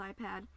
iPad